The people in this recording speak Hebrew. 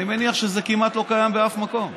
אני מניח שזה כמעט לא קיים בשום מקום.